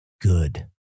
good